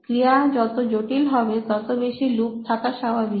ক্রিয়া যত জটিল হবে তত বেশি লুপ থাকা স্বাভাবিক